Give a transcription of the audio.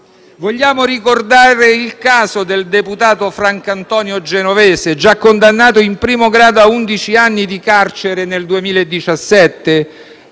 Vogliamo ricordare il caso del deputato Francantonio Genovese, già condannato in primo grado a undici anni di carcere nel 2017?